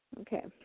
Okay